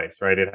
right